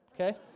Okay